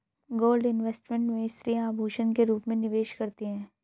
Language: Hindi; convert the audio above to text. गोल्ड इन्वेस्टमेंट में स्त्रियां आभूषण के रूप में निवेश करती हैं